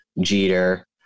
Jeter